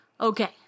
Okay